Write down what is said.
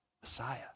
Messiah